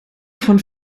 von